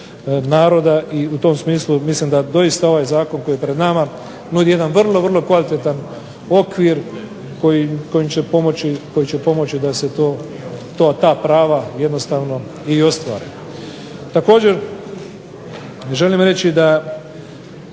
naroda. I u tom smislu mislim da doista ovaj zakon koji je pred nama nudi jedan vrlo, vrlo kvalitetan okvir koji će pomoći da se ta prava jednostavno i ostvare. Također želim reći da